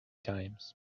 times